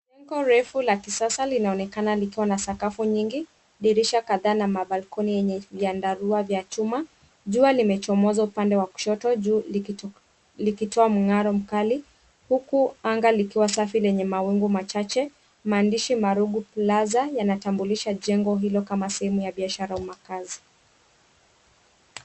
Jengo refu la kisasa linaonekana likiwa na sakafu nyingi dirisha kataa na mabalcony enye vyandarua vya chuma. Jua limechomosa upande wa kushoto juu likitoa mkaro mkali huku angaa likiwa safi lenye mawingu machache maandishi Marufu Plaza yanatambulisha jengo hilo kama sehemu ya biashara au makazi.